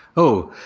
oh,